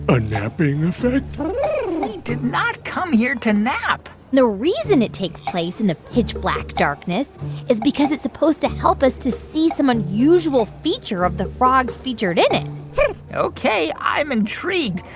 a napping effect? we did not come here to nap the reason it takes place in the pitch-black darkness is because it's supposed to help us to see some unusual feature of the frogs featured in it ok. i'm intrigued.